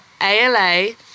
ALA